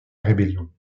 rébellion